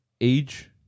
age